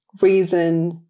reason